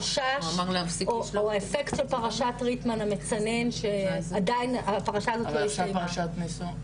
חשש או אפקט של פרשת ריקמן שעדיין הפרשה הזאת לא הסתיימה.